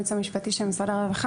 מהייעוץ המשפטי של משרד הרווחה.